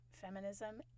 Feminism